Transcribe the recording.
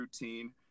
routine